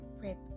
prep